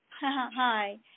Hi